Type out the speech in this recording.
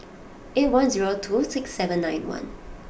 eight one zero two six seven nine one